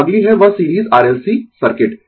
तो अगली है वह series R L C circuit